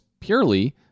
purely